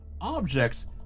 Objects